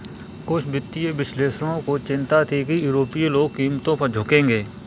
कुछ वित्तीय विश्लेषकों को चिंता थी कि यूरोपीय लोग कीमतों पर झुकेंगे